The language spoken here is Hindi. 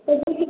सभी की